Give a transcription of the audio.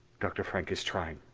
dr. frank is trying.